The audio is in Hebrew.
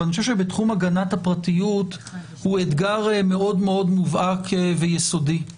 אבל אני חושב שבתחום הגנת הפרטיות הוא אתגר מאוד מאוד מובהק ויסודי.